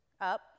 Up